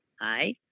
Hi